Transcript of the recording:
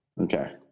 okay